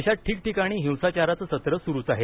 देशात ठिकठिकाणी हिंसाचाराचं सत्र सुरूच आहे